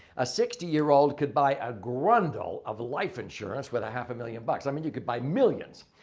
a sixty year old could buy a grundle of life insurance with a half a million bucks. i mean you could buy millions.